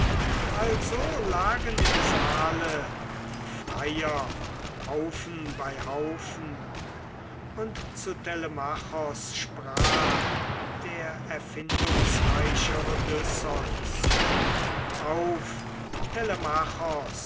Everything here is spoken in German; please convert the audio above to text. also lagen im saale die freier haufen bei haufen und zu telemachos sprach der erfindungsreiche odysseus auf